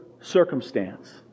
circumstance